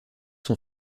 son